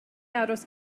aros